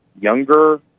younger